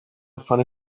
funny